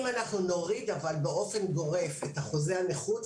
אם אנחנו נוריד באופן גורף את אחוזי הנכות,